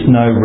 no